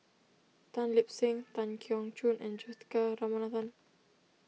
Tan Lip Seng Tan Keong Choon and Juthika Ramanathan